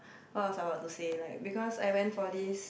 what I was about to say like because I went for this